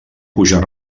pujar